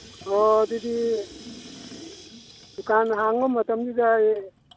ꯑꯣ ꯑꯗꯨꯗꯤ ꯗꯨꯀꯥꯟ ꯍꯥꯡꯕ ꯃꯇꯝꯗꯨꯗ ꯑꯩ